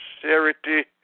sincerity